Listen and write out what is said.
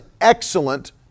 excellent